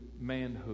manhood